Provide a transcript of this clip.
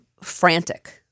frantic